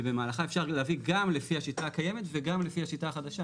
שבמהלכה אפשר לייבא גם לפי השיטה הקיימת וגם לפי השיטה החדשה.